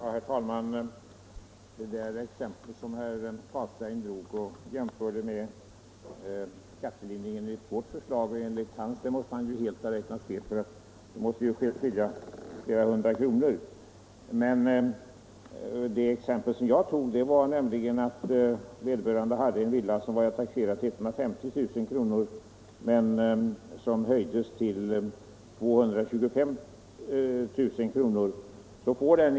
Herr talman! I det exempel som herr Carlstein nu drog när han jämförde skattelindringen enligt vårt förslag och enligt hans, måste han helt ha räknat fel. Det måste ju skilja flera hundra kronor. Det exempel som jag drog innebar att vederbörande hade en villa som var taxerad till 150 000 kr. och att taxeringen höjdes till 225 000 kr.